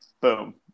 Boom